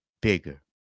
bigger